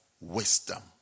wisdom